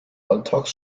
alltags